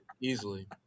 easily